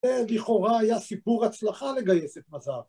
ולכאורה היה סיפור הצלחה לגייס את מזר.